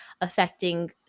affecting